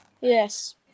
Yes